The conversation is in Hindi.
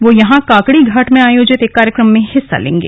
वे यहां काकड़ीघाट में आयोजित एक कार्यक्रम में हिस्सा लेंगे